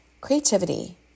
Creativity